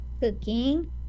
Cooking